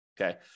okay